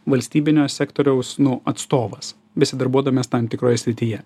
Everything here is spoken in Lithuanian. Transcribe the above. valstybinio sektoriaus nu atstovas besidarbuodamas tam tikroje srityje